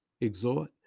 exhort